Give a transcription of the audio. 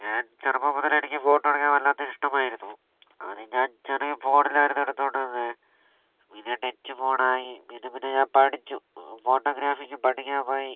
ഞാൻ ചെറുപ്പം മുതലേ എനിക്ക് ഫോട്ടോ എടുക്കാൻ വല്ലാത്ത ഇഷ്ടമായിരുന്നു ആദ്യം ഞാൻ ചെറിയ ഫോണിലായിരുന്നു എടുത്തോണ്ടിരുന്നേ പിന്നെ ടച്ച് ഫോണായി പിന്നെ പിന്നെ ഞാൻ പഠിച്ചു ഫോട്ടോഗ്രാഫിക്കു പഠിക്കാൻ പോയി